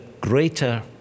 greater